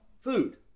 food